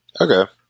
Okay